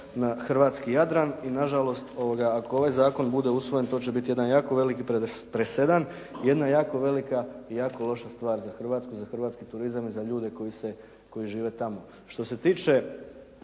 na hrvatski Jadran i na žalost ako ovaj zakon bude usvojen to će biti jedan jako veliki presedan, jedna jako velika i jako loša stvar za Hrvatsku i za hrvatski turizam i za ljude koji žive tamo.